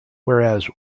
whereas